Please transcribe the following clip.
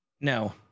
No